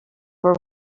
for